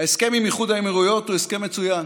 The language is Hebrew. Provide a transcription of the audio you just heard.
ההסכם עם איחוד האמירויות הוא הסכם מצוין.